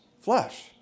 flesh